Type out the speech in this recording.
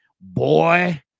Boy